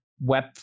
web